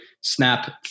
snap